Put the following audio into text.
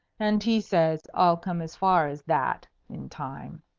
and he says i'll come as far as that in time,